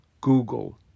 Google